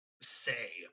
Say